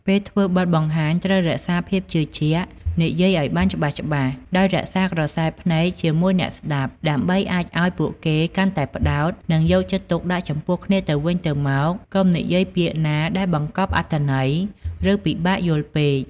ពេលធ្វើបទបង្ហាញ ត្រូវរក្សាភាពជឿជាក់ និយាយឱ្យបានច្បាស់ៗ ដោយរក្សាក្រសែភ្នែកជាមួយអ្នកស្តាប់ដើម្បីអាចឱ្យពួកគេកាន់តែផ្តោត និងយកចិត្តទុកដាក់ចំពោះគ្នាទៅវិញទៅមក កុំនិយាយពាក្យណាដែលបង្កប់អត្ថន័យឬពិបាកយល់ពេក។